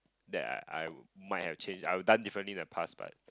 that I I might change I would done differently in the past but